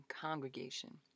congregation